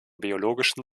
biologischen